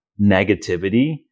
negativity